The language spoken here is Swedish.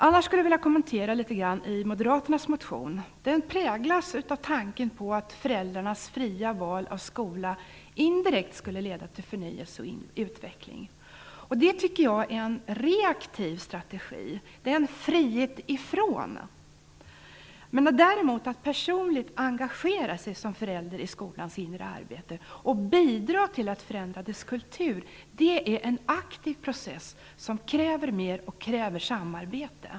Jag skulle också vilja kommentera en del i moderaternas motion. Den präglas av tanken på att föräldrarnas fria val av skola indirekt skulle leda till förnyelse och utveckling. Det tycker jag är en reaktiv strategi. Det är en frihet från någonting. Att däremot personligt engagera sig som förälder i skolans inre arbete och bidra till att förändra dess kultur är en aktiv process som kräver mer och kräver samarbete.